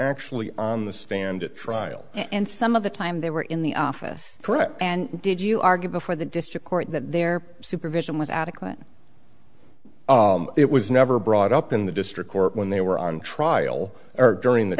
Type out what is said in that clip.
actually on the stand at trial and some of the time they were in the office and did you argue before the district court that their supervision was adequate it was never brought up in the district court when they were on trial or during th